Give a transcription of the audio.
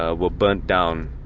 ah were burnt down.